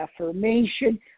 affirmation